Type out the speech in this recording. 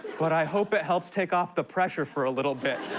but i hope it helps take off the pressure for a little bit.